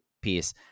piece